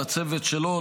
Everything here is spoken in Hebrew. לצוות שלו,